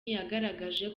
yagaragaje